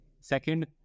Second